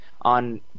on